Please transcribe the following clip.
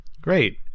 Great